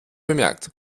bemerkt